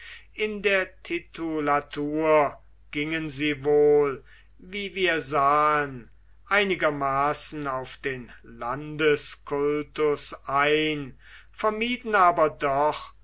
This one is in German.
in der titulatur gingen sie wohl wie wir sahen einigermaßen auf den landeskultus ein vermieden aber doch